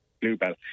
Bluebell